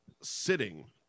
sitting